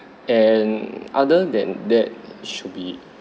and other than that should be